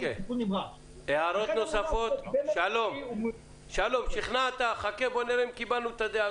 אז שלא ייקחו את זה קשה.